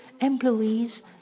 employees